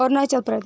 Arunachal Pradesh